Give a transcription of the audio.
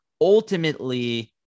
Ultimately